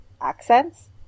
accents